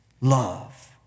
love